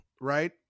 right